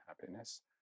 happiness